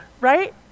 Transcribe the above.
right